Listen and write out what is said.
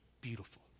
beautiful